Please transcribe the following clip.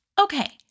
Okay